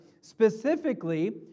Specifically